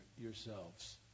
yourselves